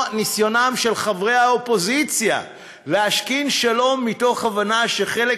ניסיונם של חברי האופוזיציה להשכין שלום מתוך הבנה שחלק